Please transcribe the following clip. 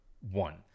one